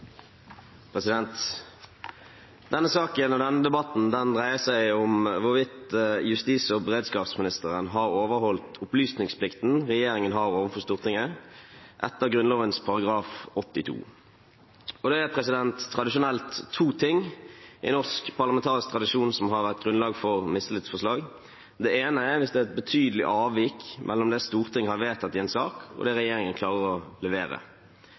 Denne saken og denne debatten dreier seg om hvorvidt justis- og beredskapsministeren har overholdt opplysningsplikten regjeringen har overfor Stortinget etter Grunnloven § 82. Det er tradisjonelt to ting i norsk parlamentarisk tradisjon som har vært grunnlag for mistillitsforslag. Det ene er hvis det er et betydelig avvik mellom det Stortinget har vedtatt i en sak, og det regjeringen klarer å levere.